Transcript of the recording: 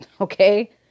Okay